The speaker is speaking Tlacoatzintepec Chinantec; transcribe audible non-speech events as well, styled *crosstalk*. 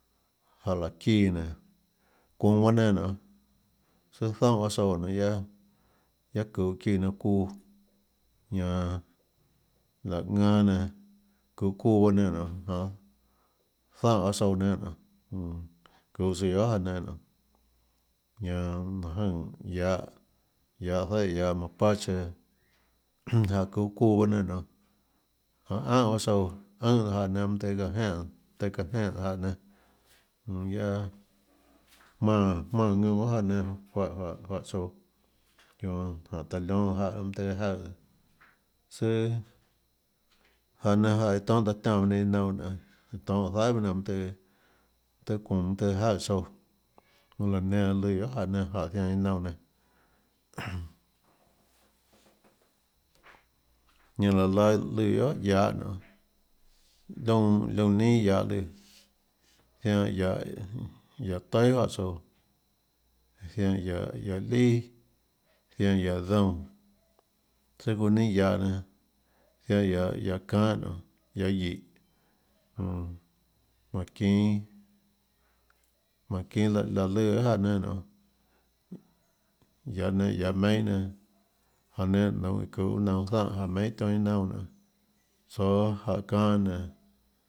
Jáhã láå çíã nénå çuuå baâ nénâ nonê søã zoúnã tsouã nonê guiaâ guiaâ çuhå ðíã nénâ çuuã ñanã laã ðanâ nénã çuhå ðuuã baâ nénâ nonê záhã baâ tsouã nénâ nonê mm çuhå tsouã guiohà jáhã nénâ nonê láhå jønè guiahå guiahå zaíhã guiahå mapache *noise* jáhã çuå çuuã baâ nénâ nonê janê áhã paâ tsouã aùhã jáhã nénâ mønâ tøê çaã jenè mønâ tøê çaã jenèjáhã nénâ jonã guiaâ jmánã jmánã ðñúnã guiohà jáhã nénâ nonê juáhã juáhã tsouã jonã taã liónã jáhã mønâ tøhê jaøè søâ jáhã nénâ jáhã iã tonhâ taã tiánã bahâ nénâ iâ naunã nonê tonhâ zaihà baâ nénâ juáhã mønâ tøâ mønâ tøâ çuunå mønâ tøhê jaøè tsouã jonã laã nenã lùã guiohà jáhã nénâ jáhã zianã iâ naunã nénâ *noise* ñanã laå laã lùã guiohà guiahå onê liónã liónã neinâ guiahå lùã zianã guiahå taíà juáhã tsouã zianã guiahå guiahå lià zianã guiahå doúnã tsùà çounã neinâ guiahå nénâ ianã guiahå guiahå çanhâ nonê guiahå guíhå jonã jmánhå çinå jmánhå çinå láhã lùã guiohà jáhã nénâ nonê guiahå nénâ guiahå meinhâ nénâ jáhã nénâ nounhå iâ çuhå záhã jáhã meinhâ tionhâ â naunã nonê tsoå jáhã çanhâ nénå.